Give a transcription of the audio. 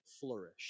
Flourish